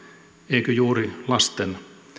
eikö juuri lasten